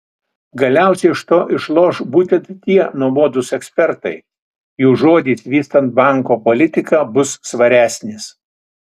galiausiai iš to išloš būtent tie nuobodūs ekspertai jų žodis vystant banko politiką bus svaresnis